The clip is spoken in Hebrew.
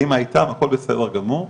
האמא הייתה והכול בסדר גמור,